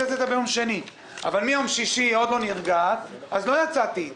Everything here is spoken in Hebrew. רציתי לצאת ביום שני אבל מיום שישי היא עוד לא נרגעה אז לא יצאתי איתה,